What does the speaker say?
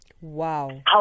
Wow